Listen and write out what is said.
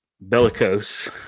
bellicose